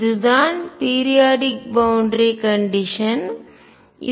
இதுதான் periodic boundary condition எல்லை நிபந்தனை